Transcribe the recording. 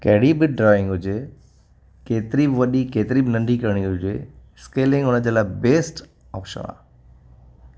कहिड़ी बि ड्रॉइंग हुजे केतिरी वॾी केतिरी बि नंढी करिणी हुजे स्कैलिंग हुनजे लाइ बेस्ट ऑपशन आहे